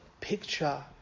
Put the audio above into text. picture